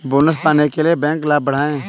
bonus पाने के लिए बैंक लाभ बढ़ाएं